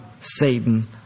Satan